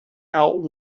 out